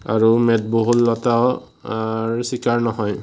আৰু মেদবহুলতাৰ চিকাৰ নহয়